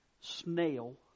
Snail